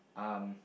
um